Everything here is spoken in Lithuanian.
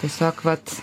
tiesiog vat